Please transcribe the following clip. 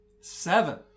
Seven